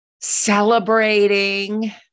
celebrating